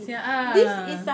siak ah